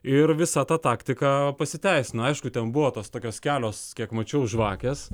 ir visa ta taktika pasiteisino aišku ten buvo tos tokios kelios kiek mačiau žvakės